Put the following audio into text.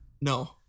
No